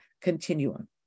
continuum